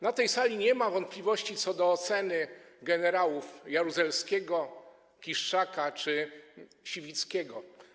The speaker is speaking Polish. Na tej sali nie ma wątpliwości co do oceny generałów Jaruzelskiego, Kiszczaka czy Siwickiego.